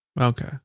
okay